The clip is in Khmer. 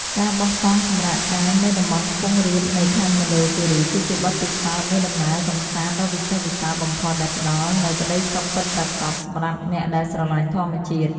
ការបោះតង់សម្រាកកាយនៅតំបន់ខ្ពង់រាបនៃខេត្តមណ្ឌលគីរីគឺជាបទពិសោធន៍នៃដំណើរកម្សាន្តដ៏វិសេសវិសាលបំផុតដែលផ្តល់នូវក្តីសុខពិតប្រាកដសម្រាប់អ្នកដែលស្រឡាញ់ធម្មជាតិ។